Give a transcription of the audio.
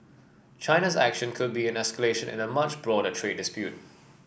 China's action could be an escalation in a much broader trade dispute